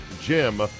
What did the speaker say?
Jim